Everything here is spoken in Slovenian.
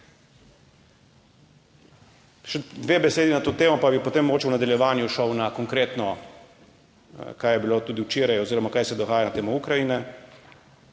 Še dve besedi na to temo, pa bi potem mogoče v nadaljevanju šel na konkretno kaj je bilo tudi včeraj oziroma kaj se dogaja na temo Ukrajine.